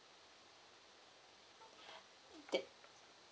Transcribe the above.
that